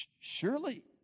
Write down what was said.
Surely